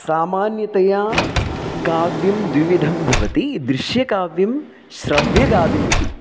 सामान्यतया काव्यं द्विविधं भवति दृश्यकाव्यं श्रव्यकाव्यमिति